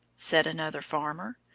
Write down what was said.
said another farmer.